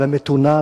והמתונה,